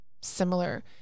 similar